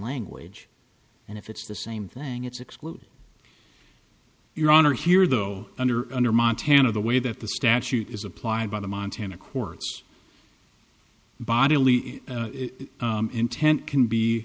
language and if it's the same thing it's excluded your honor here though under under montana the way that the statute is applied by the montana courts bodily intent can be